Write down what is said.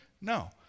No